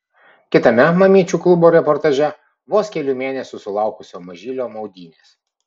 kitame mamyčių klubo reportaže vos kelių mėnesių sulaukusio mažylio maudynės